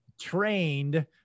trained